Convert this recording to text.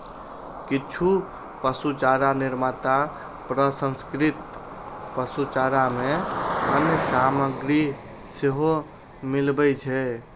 किछु पशुचारा निर्माता प्रसंस्कृत पशुचारा मे अन्य सामग्री सेहो मिलबै छै